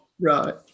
Right